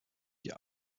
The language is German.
die